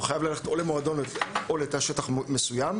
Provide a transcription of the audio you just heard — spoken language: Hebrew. הוא חייב ללכת או למועדון או לתא שטח מאוד מסוים,